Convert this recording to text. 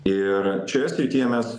ir šioje srityje mes